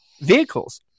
vehicles